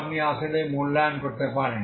আপনি আসলে মূল্যায়ন করতে পারেন